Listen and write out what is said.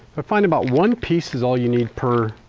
i find about one piece is all you need per